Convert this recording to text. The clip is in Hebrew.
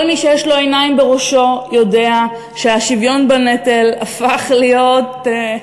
כל מי שיש לו עיניים בראשו יודע שהשוויון בנטל הפך להיות,